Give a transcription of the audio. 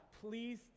please